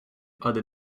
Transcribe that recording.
other